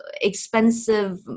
expensive